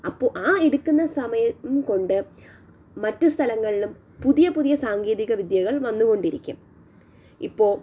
അപ്പോൾ ആ എടുക്കുന്ന സമയം കൊണ്ട് മറ്റ് സ്ഥലങ്ങളിലും പുതിയ പുതിയ സാങ്കേതിക വിദ്യകൾ വന്നുകൊണ്ടിരിക്കും ഇപ്പോൾ